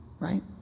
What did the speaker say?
right